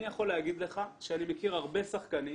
אני יכול לומר לך שאני מכיר הרבה שחקנים